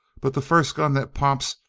but the first gun that pops,